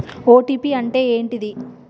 OTP అంటే ఏంటిది?